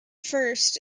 first